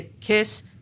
Kiss